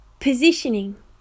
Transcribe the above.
Positioning